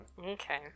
Okay